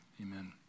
amen